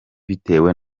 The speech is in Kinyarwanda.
bitewe